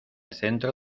centro